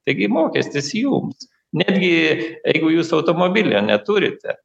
taigi mokestis jums netgi jeigu jūsų automobilio neturite